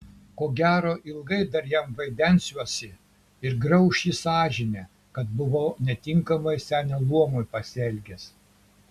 ko gero ilgai dar jam vaidensiuosi ir grauš jį sąžinė kad buvo netinkamai senio luomui pasielgęs